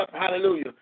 Hallelujah